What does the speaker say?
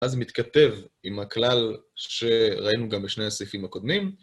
אז מתכתב עם הכלל שראינו גם בשני הסעיפים הקודמים.